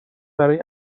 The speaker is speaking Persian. برای